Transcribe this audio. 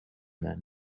then